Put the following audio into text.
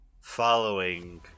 following